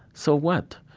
so what?